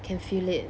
can feel it